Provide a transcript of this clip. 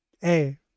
Hey